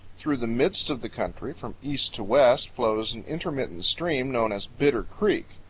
through the midst of the country, from east to west, flows an intermittent stream known as bitter creek.